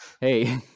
hey